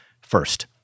first